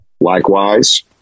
Likewise